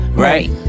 Right